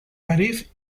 parís